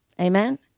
Amen